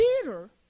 Peter